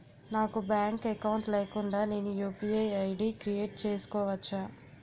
నాకు bank account లేకుండా నేను యు.పి.ఐ ఐ.డి క్రియేట్ చేసుకోవచ్చా?